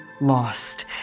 lost